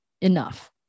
enough